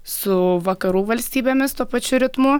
su vakarų valstybėmis tuo pačiu ritmu